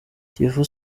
kiyovu